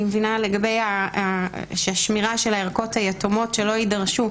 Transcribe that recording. אני מבינה שהשמירה של הערכות היתומות שלא יידרשו,